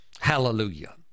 Hallelujah